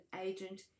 agent